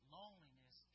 loneliness